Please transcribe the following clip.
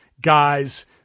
guys